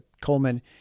Coleman